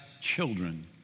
children